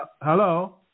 Hello